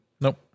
nope